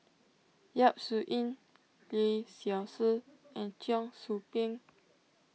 Yap Su Yin Lee Seow Ser and Cheong Soo Pieng